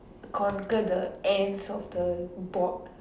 conquer the ends of the board